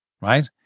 Right